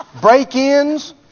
Break-ins